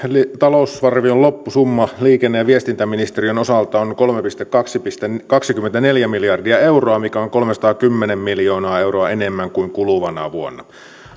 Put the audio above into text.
talousarvion loppusumma liikenne ja viestintäministeriön osalta on kolme pilkku kaksikymmentäneljä miljardia euroa mikä on kolmesataakymmentä miljoonaa euroa enemmän kuin kuluvana vuonna